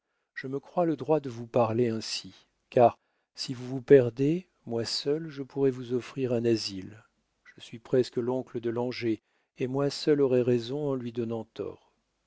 je me crois le droit de vous parler ainsi car si vous vous perdez moi seul je pourrai vous offrir un asile je suis presque l'oncle de langeais et moi seul aurai raison en lui donnant